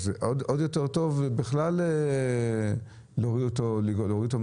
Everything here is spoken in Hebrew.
אז עוד יותר טוב להוריד אותו מהכביש,